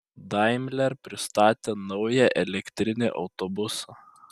daimler pristatė naują elektrinį autobusą